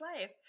life